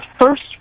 first